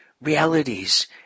realities